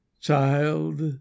Child